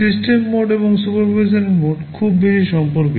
system mode এবং SUPERVISORY mode খুব বেশি সম্পর্কিত